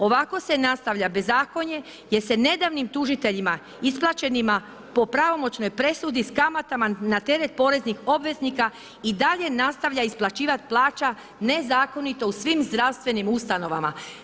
Ovako se nastavlja bezakonje jer se nedavnim tužiteljima isplaćenima po pravomoćnoj presudi sa kamatama na teret poreznih obveznika, i dalje nastavlja isplaćivati plaća nezakonito u svim zdravstvenim ustanovama.